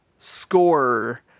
score